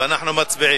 אנחנו מצביעים.